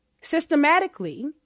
systematically